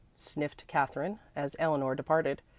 sniffed katherine, as eleanor departed,